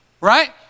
right